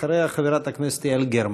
אחריה, חברת הכנסת יעל גרמן.